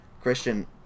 Christian